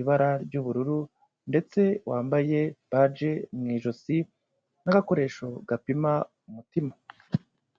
ibara ry'ubururu, ndetse wambaye baji mu ijosi, n'agakoresho gapima umutima.